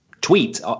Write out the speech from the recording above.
tweet